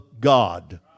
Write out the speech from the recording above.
God